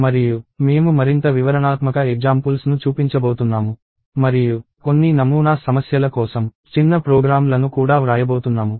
మరియు మేము మరింత వివరణాత్మక ఎగ్జామ్పుల్స్ ను చూపించబోతున్నాము మరియు కొన్ని నమూనా సమస్యల కోసం చిన్న ప్రోగ్రామ్లను కూడా వ్రాయబోతున్నాము